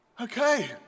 Okay